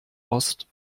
ost